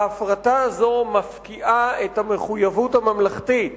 ההפרטה הזו מפקיעה את המחויבות הממלכתית